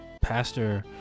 Pastor